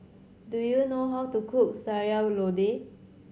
do you know how to cook Sayur Lodeh